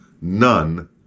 None